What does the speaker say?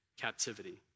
captivity